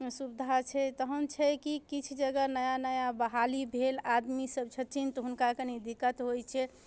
सुविधा छै तहन छै की किछु जगह नया नया बहाली भेल आदमी सब छथिन तऽ हुनका कनी दिक्कत होइ छै